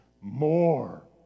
more